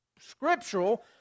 scriptural